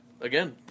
again